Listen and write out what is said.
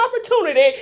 opportunity